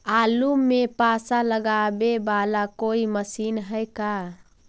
आलू मे पासा लगाबे बाला कोइ मशीन है का?